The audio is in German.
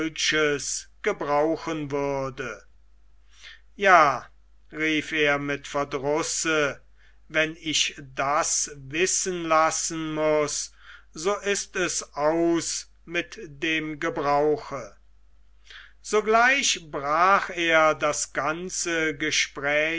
gebrauchen würde ja rief er mit verdrusse wenn ich das wissen lassen muß so ist es aus mit dem gebrauche sogleich brach er das ganze gespräch